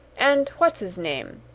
and what's his name,